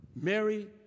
Mary